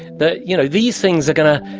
that you know these things are going to,